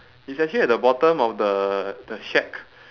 it's actually at the bottom of the the shack